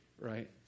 right